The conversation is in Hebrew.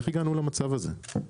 איך הגענו למצב הזה?